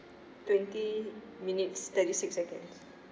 twenty minutes thirty six seconds